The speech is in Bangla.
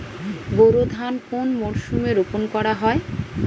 বোরো ধান কোন মরশুমে রোপণ করা হয়?